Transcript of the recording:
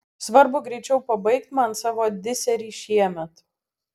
svarbu greičiau pabaigt man savo diserį šiemet